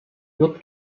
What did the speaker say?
jutt